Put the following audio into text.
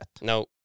No